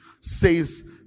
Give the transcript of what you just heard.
says